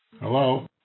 Hello